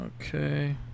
Okay